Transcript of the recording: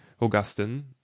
augustine